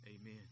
Amen